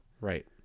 Right